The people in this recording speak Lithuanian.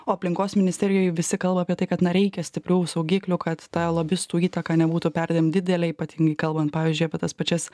o aplinkos ministerijoj visi kalba apie tai kad na reikia stipriau saugiklių kad ta lobistų įtaka nebūtų perdėm didelė ypatingai kalbant pavyzdžiui apie tas pačias